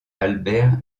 albert